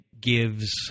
gives